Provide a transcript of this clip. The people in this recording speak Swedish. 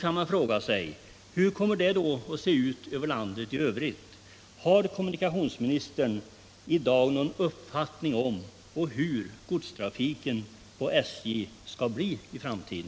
kan man fråga sig: Hur kommer det då se ut i landet i övrigt? Har kommunikationsministern i dag någon uppfattning om hur godstrafiken på SJ skall bli i framtiden?